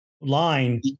line